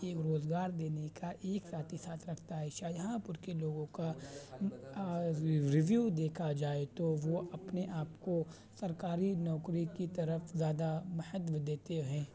یہ روزگار دینے کا ایک ساتھ ہی ساتھ رکھتا ہے شاہجہاں پور کے لوگوں کا ریوو دیکھا جائے تو وہ اپنے آپ کو سرکاری نوکری کی طرف زیادہ مہتو دیتے ہیں